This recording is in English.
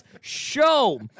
show